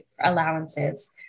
allowances